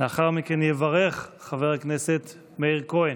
לאחר מכן יברך חבר הכנסת מאיר כהן.